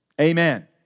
Amen